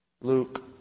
Luke